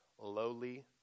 lowly